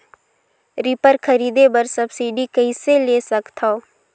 Reaper खरीदे बर subsidy कइसे ले सकथव?